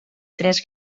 tres